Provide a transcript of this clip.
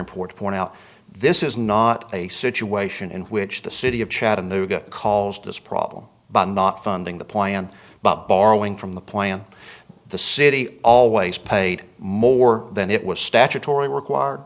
important for now this is not a situation in which the city of chattanooga calls this problem but not funding the plan but borrowing from the plan the city always paid more than it was statutory required